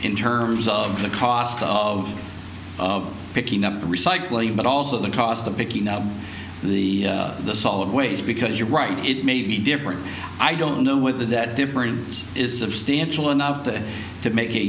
in terms of the cost of of picking up the recycling but also the cost of taking out the the solid waste because you're right it may be different i don't know whether that difference is substantial enough to make a